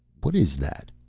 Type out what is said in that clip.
what is that?